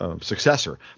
successor